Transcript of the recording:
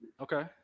Okay